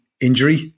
injury